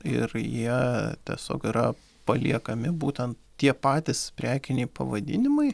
ir jie tiesiog yra paliekami būten tie patys prekiniai pavadinimai